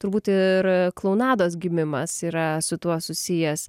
turbūt ir klounados gimimas yra su tuo susijęs